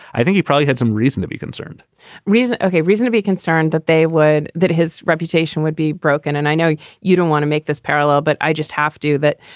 i think he probably had some reason to be concerned reason, ok. reason to be concerned that they would that his reputation would be broken. and i know you you don't want to make this parallel, but i just have to that,